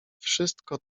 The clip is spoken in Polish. wszystko